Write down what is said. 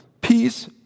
Peace